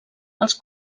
els